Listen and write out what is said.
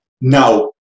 Now